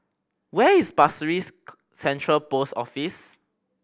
where is Pasir Ris Central Post Office